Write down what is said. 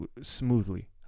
smoothly